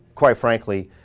quite frankly,